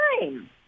time